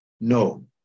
no